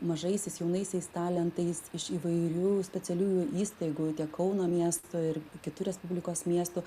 mažaisiais jaunaisiais talentais iš įvairių specialiųjų įstaigų ir tiek kauno miesto ir kitų respublikos miestų